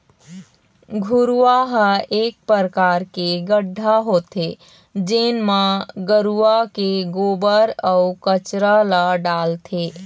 घुरूवा ह एक परकार के गड्ढ़ा होथे जेन म गरूवा के गोबर, अउ कचरा ल डालथे